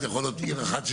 יש